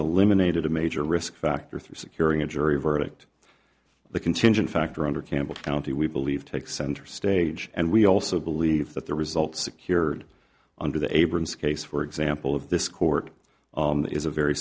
unaided a major risk factor through securing a jury verdict the contingent factor under campbell county we believe takes center stage and we also believe that the result secured under the abrams case for example of this court is a very